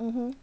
mmhmm